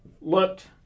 looked